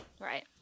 Right